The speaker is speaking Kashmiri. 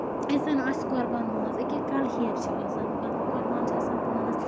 اَسہِ زَن آسہِ قۄربان ماز أکیاہ کَلہیر چھےٚ آسان مطلب قۄربان چھےٚ آسان پانَس